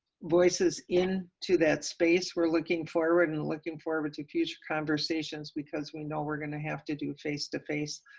voices in to that space. we're looking forward and and looking forward to future conversations, because we know are going to have to do face-to-face.